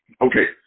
Okay